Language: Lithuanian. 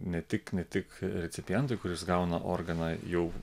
ne tik ne tik recipientui kuris gauna organą jau